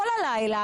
כל הלילה,